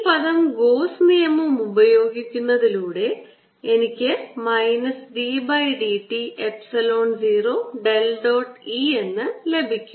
ഈ പദം ഗോസ് നിയമം ഉപയോഗിക്കുന്നതിലൂടെ എനിക്ക് minus d by d t epsilon 0 del dot E എന്ന് ലഭിക്കും